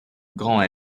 grand